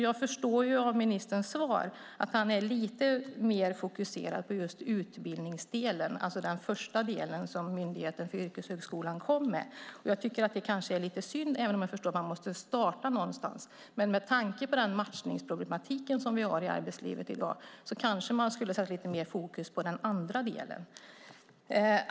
Jag förstår ju av ministerns svar att han är lite mer fokuserad på just utbildningsdelen, alltså den första delen som Myndigheten för yrkeshögskolan lade fram. Jag tycker att det kanske är lite synd, även om jag förstår att man måste starta någonstans. Med tanke på den matchningsproblematik som vi har i arbetslivet i dag kanske man skulle ha satt lite mer fokus på den andra delen.